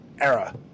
era